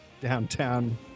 downtown